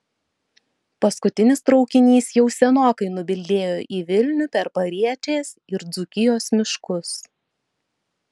paskutinis traukinys jau senokai nubildėjo į vilnių per pariečės ir dzūkijos miškus